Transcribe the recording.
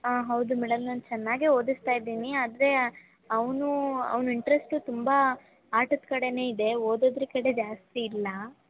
ಹಾಂ ಹೌದು ಮೇಡಮ್ ನಾನು ಚೆನ್ನಾಗೆ ಓದಿಸ್ತಾ ಇದ್ದೀನಿ ಆದರೆ ಅವ್ನು ಅವ್ನ ಇಂಟ್ರೆಸ್ಟ್ ತುಂಬ ಆಟದ ಕಡೆನೇ ಇದೆ ಓದದ್ರ ಕಡೆ ಜಾಸ್ತಿ ಇಲ್ಲ